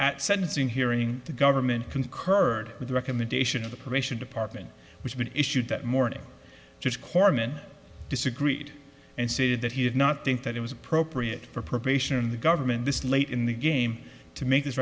at sentencing hearing the government concurred with the recommendation of the peroration department which been issued that morning just corpsman disagreed and said that he did not think that it was appropriate for probation and the government this late in the game to make this